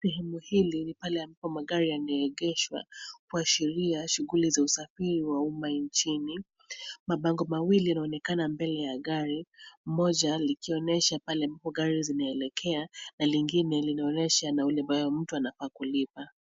Sehemu hili ni mahali ambapo magari huegeshwa kuashiria shughuli za usafiri wa umma nchini. Mabango mawili yanaonekana mbele ya gari moja likionyesha pale amabpo gari zinaelekea na lingine nauli ambayo mtu anafaa kulipa.